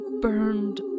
burned